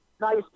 nice